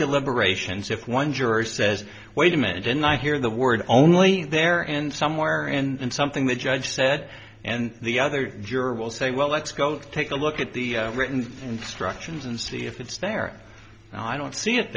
deliberations if one juror says wait a minute and i hear the word only there and somewhere and something the judge said and the other juror will say well let's go take a look at the written instructions and see if it's there and i don't see it